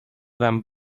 them